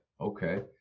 Okay